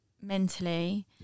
mentally